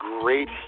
great